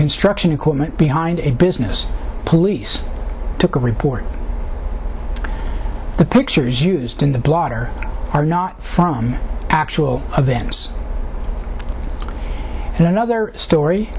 construction equipment behind it business police took a report the pictures used in the blotter are not from actual events another story